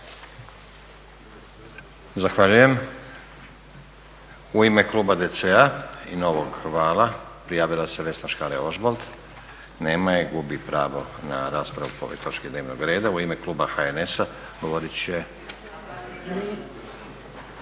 Zahvaljujem. U ime kluba DC-a i Novog vala prijavila se Vesna Škare-Ožbolt. Nema je, gubi pravo na raspravu po ovoj točki dnevnog reda. U ime kluba HNS-a govorit će